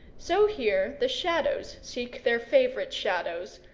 so here the shadows seek their favourite shadows,